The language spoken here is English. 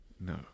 No